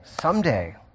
someday